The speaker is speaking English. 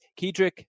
Kedrick